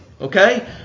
Okay